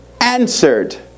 answered